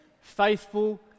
faithful